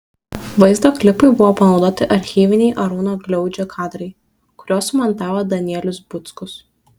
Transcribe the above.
vaizdo klipui buvo panaudoti archyviniai arūno gliaudžio kadrai kuriuos sumontavo danielius buckus